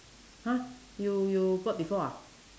!huh! you you bought before ah